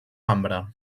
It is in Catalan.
ambre